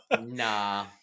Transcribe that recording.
nah